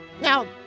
Now